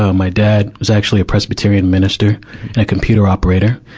ah my dad was actually a presbyterian minister and computer operator.